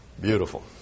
beautiful